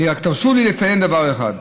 תרשו לי לציין רק דבר אחד: